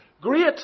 great